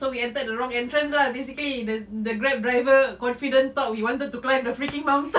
so we entered the wrong entrance lah basically the the Grab driver confident thought we wanted to climb the freaking mountain